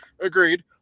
agreed